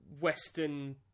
western